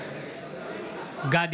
(קורא בשמות חברי הכנסת) גדי